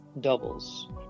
doubles